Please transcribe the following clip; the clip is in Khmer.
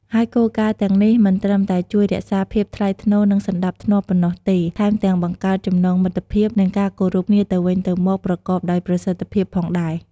ហើយគោលការណ៍ទាំងនេះមិនត្រឹមតែជួយរក្សាភាពថ្លៃថ្នូរ និងសណ្តាប់ធ្នាប់ប៉ុណ្ណោះទេ ថែមទាំងបង្កើតចំណងមិត្តភាព និងការគោរពគ្នាទៅវិញទៅមកប្រកបដោយប្រសិទ្ធភាពផងដែរ។